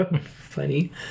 Funny